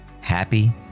Happy